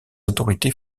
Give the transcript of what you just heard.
autorités